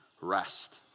rest